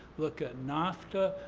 look at nafta,